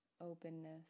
openness